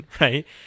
Right